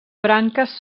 branques